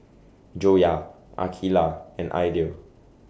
Joyah Aqeelah and Aidil